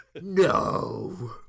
No